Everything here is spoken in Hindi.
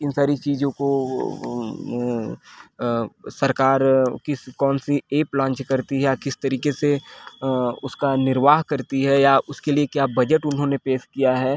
इन सारी चीजो को अ अ अ सरकार किस कौन सी एप लॉन्च करती है या किस तरीके से अ उसका निर्वाह करती है या उसके लिए क्या बजट उन्होंने पेश किया है